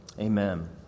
Amen